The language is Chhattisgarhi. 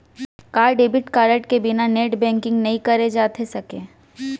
का डेबिट कारड के बिना नेट बैंकिंग नई करे जाथे सके?